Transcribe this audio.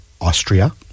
Austria